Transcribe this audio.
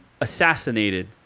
assassinated